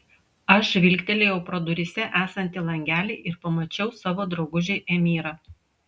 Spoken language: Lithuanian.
aš žvilgtelėjau pro duryse esantį langelį ir pamačiau savo draugužį emyrą